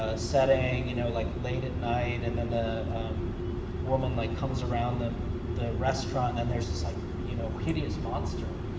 ah setting, you know, like, late at night and then the woman, like comes around the restaurant, and there's this like, you know, hideous monster,